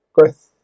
growth